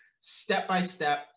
step-by-step